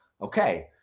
Okay